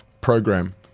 program